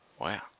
Wow